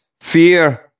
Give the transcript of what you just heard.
fear